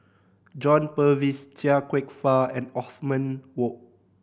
John Purvis Chia Kwek Fah and Othman Wok